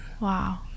Wow